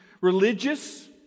religious